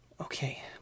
Okay